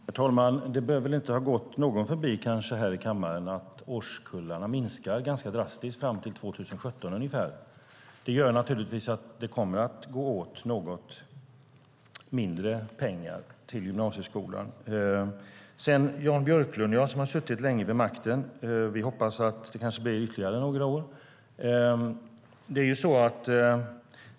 Herr talman! Det bör inte ha gått någon förbi i kammaren att årskullarna minskar drastiskt fram till 2017. Det innebär att det kommer att gå åt något mindre pengar till gymnasieskolan. Jan Björklund har suttit länge vid makten. Vi hoppas att det blir ytterligare några år.